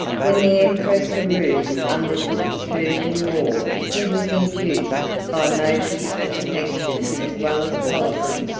when the emperor carus undertook the persian war, he was induced, by motives of affection as well as policy,